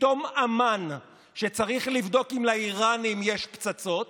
פתאום אמ"ן, שצריך לבדוק אם לאיראנים יש פצצות,